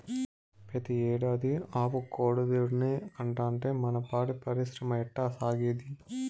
పెతీ ఏడాది ఆవు కోడెదూడనే కంటాంటే మన పాడి పరిశ్రమ ఎట్టాసాగేది